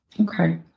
Okay